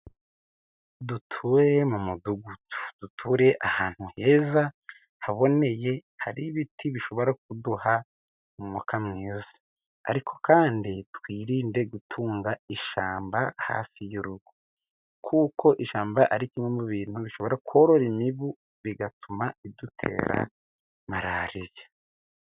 Duture mu mudugudu, duture ahantu heza haboneye hari ibiti bishobora kuduha umwuka mwiza, ariko kandi twirinde gutunga ishyamba hafi y'urugo, kuko ishyamba ari kimwe mu bintu bishobora korora imibu, bigatuma idutera marariya.